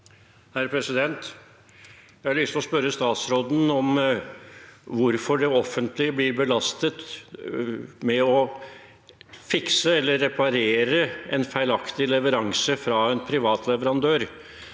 (FrP) Jeg har lyst til å spør- re statsråden om hvorfor det offentlige blir belastet med å fikse eller reparere en feilaktig leveranse fra en privat leverandør.